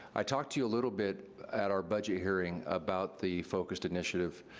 i talked to you a little bit at our budget hearing about the focused initiative,